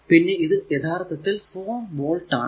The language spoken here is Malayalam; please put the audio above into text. പിന്നെ ഇത് യഥാർത്ഥത്തിൽ 4 വോൾട് ആണ്